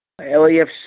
LAFC